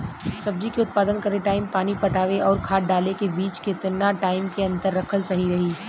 सब्जी के उत्पादन करे टाइम पानी पटावे आउर खाद डाले के बीच केतना टाइम के अंतर रखल सही रही?